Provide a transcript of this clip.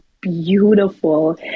beautiful